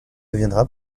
deviendra